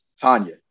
Tanya